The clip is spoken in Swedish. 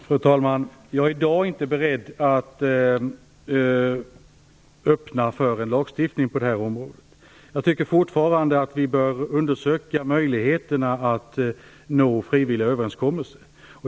Fru talman! Jag är i dag inte beredd att öppna för en lagstiftning på detta område. Jag tycker fortfarande att vi bör undersöka möjligheterna att nå frivilliga överenskommelser.